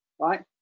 Right